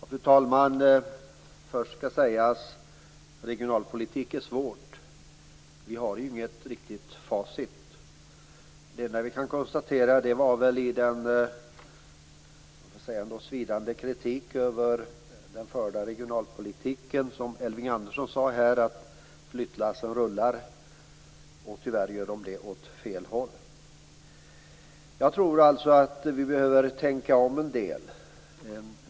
Fru talman! Först skall sägas: Regionalpolitik är svårt. Vi har inget riktigt facit. Vi kan konstatera i den svidande kritiken över den förda regionalpolitiken tyvärr åt fel håll. Vi behöver tänka om.